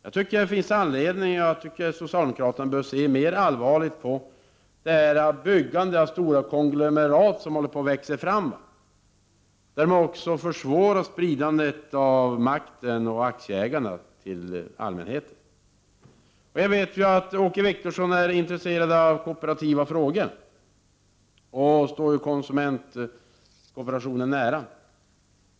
Jag tycker att socialdemokraterna bör se mer allvarligt på de stora konglomerat som håller på att växa fram, där man också försvårar spridandet av makten och aktieägandet till allmänheten. Jag vet att Åke Wictorsson är intresserad av kooperativa frågor och står konsumentkooperationen nära.